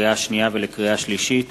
לקריאה שנייה ולקריאה שלישית: